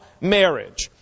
marriage